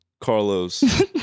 Carlos